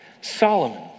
Solomon